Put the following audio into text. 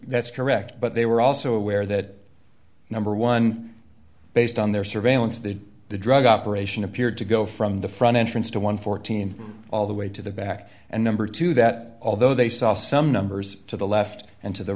that's correct but they were also aware that number one based on their surveillance the drug operation appeared to go from the front entrance to one hundred and fourteen all the way to the back and number two that although they saw some numbers to the left and to the